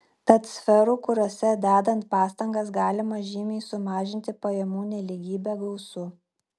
tad sferų kuriose dedant pastangas galima žymiai sumažinti pajamų nelygybę gausu